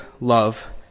love